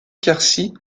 quercy